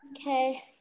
Okay